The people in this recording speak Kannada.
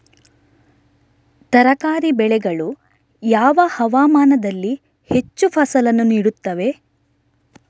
ತರಕಾರಿ ಬೆಳೆಗಳು ಯಾವ ಹವಾಮಾನದಲ್ಲಿ ಹೆಚ್ಚು ಫಸಲನ್ನು ನೀಡುತ್ತವೆ?